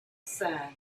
sun